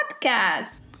podcast